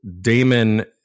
Damon